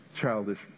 childish